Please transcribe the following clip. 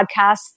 podcasts